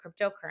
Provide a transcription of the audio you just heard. cryptocurrency